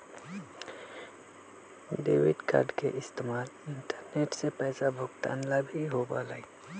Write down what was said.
debit card के इस्तेमाल internet से पैसा भुगतान ला भी होबा हई